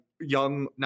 young